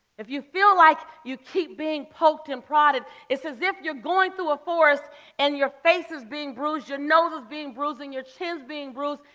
if you feel like you keep being poked and prodded, it's as if you're going through a forest and your face is being bruised, your nose is being bruised, and your chin's being bruised,